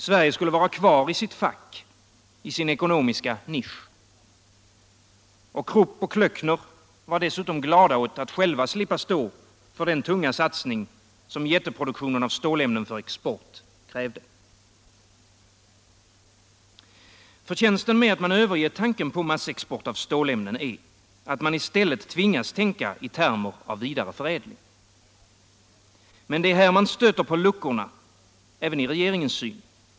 Sverige skulle vara kvar i sitt fack, i sin ekonomiska nisch. Krupp och Klöckner var dessutom glada åt att själva slippa stå för den tunga satsning, som jätteproduktionen av stålämnen för export krävde. Förtjänsten med att man övergett tanken på massexport av stålämnen är att man i stället tvingas tänka i termer av vidare förädling. Men det är här vi stöter på luckorna även i regeringens syn.